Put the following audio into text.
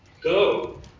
Go